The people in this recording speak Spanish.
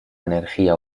energía